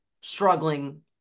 struggling